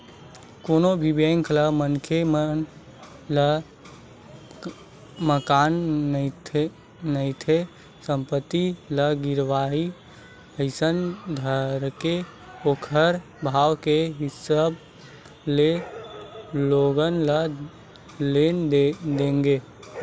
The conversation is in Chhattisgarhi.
कोनो भी बेंक ह मनखे ल मकान नइते संपत्ति ल गिरवी असन धरके ओखर भाव के हिसाब ले लोगन ल लोन देथे